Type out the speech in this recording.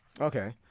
Okay